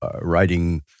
writing